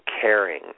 caring